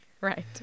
right